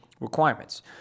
requirements